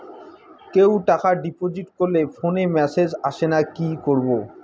কেউ টাকা ডিপোজিট করলে ফোনে মেসেজ আসেনা কি করবো?